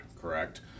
correct